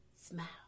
Smile